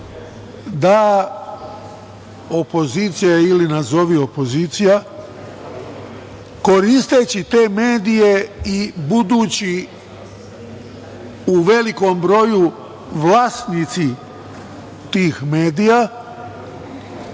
da opozicija ili nazovi opozicija, koristeći te medije i budući u velikom broju vlasnici tih medija,